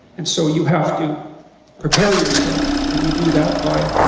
and so you have to prepare yourself, and you do that by